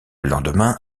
lendemain